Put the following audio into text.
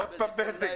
עוד פעם בזק.